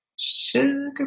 Sugar